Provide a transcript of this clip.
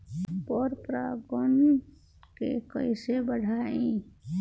पर परा गण के कईसे बढ़ाई?